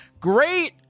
great